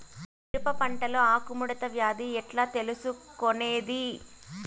మిరప పంటలో ఆకు ముడత వ్యాధి ఎట్లా తెలుసుకొనేది?